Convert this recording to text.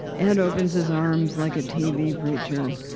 and opens his arms like a t v. preacher.